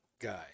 guy